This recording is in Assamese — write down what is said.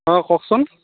অ কওকচোন